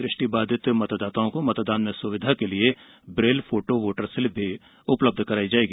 दृष्टिबाधित मतदाताओं को मतदान में सुविधा के लिए ब्रेल फोटो वोटर स्लिप भी उपलब्ध कराई जायेगी